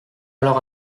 alors